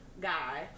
guy